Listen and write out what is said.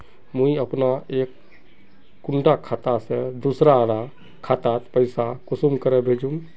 मुई अपना एक कुंडा खाता से दूसरा डा खातात पैसा कुंसम करे भेजुम?